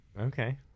Okay